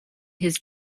his